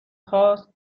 خواست